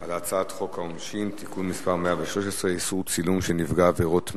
על הצעת חוק העונשין (תיקון מס' 113) (איסור צילום של נפגע עבירות מין),